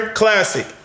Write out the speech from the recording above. classic